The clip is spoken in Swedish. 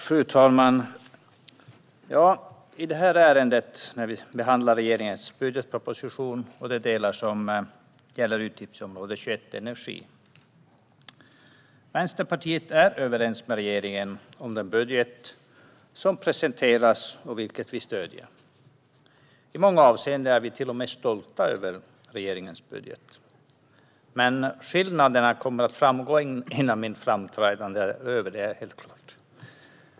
Fru talman! I det här ärendet behandlas regeringens budgetproposition i de delar som gäller utgiftsområde 21 Energi. Vänsterpartiet är överens med regeringen om den budget som presenteras - vi stöder den. I många avseenden är vi till och med stolta över regeringens budget. Men skillnaderna kommer att framgå innan mitt framträdande är över - det är helt klart.